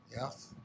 Yes